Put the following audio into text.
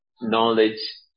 knowledge